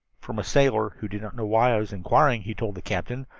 from a sailor who did not know why i was inquiring, he told the captain,